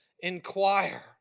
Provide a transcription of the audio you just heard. inquire